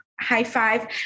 high-five